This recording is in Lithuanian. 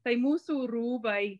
tai mūsų rūbai